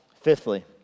Fifthly